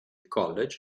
college